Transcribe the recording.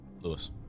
Lewis